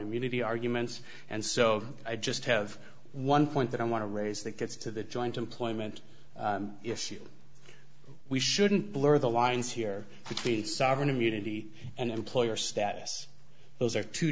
immunity arguments and so i just have one point that i want to raise that gets to the joint employment issue we shouldn't blur the lines here between sovereign immunity and employer status those are two